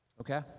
Okay